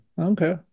Okay